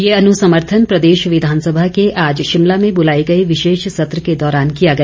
ये अनुसमर्थन प्रदेश विधानसभा के आज शिमला में बुलाए गए विशेष सत्र के दौरान किया गया